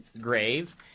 grave